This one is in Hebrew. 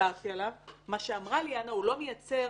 שדיברתי עליו, שזה מה שאמרה ליאנה, לא מייצר